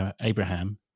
Abraham